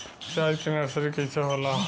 प्याज के नर्सरी कइसे होला?